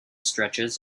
stretches